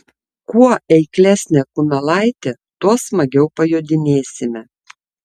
kuo eiklesnė kumelaitė tuo smagiau pajodinėsime